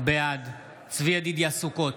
בעד צבי ידידיה סוכות,